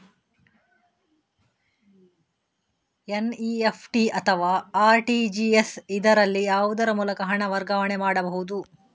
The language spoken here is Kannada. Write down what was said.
ಎನ್.ಇ.ಎಫ್.ಟಿ ಅಥವಾ ಆರ್.ಟಿ.ಜಿ.ಎಸ್, ಇದರಲ್ಲಿ ಯಾವುದರ ಮೂಲಕ ಹಣ ವರ್ಗಾವಣೆ ಮಾಡಬಹುದು?